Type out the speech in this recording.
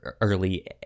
early